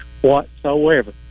whatsoever